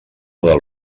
del